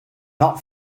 not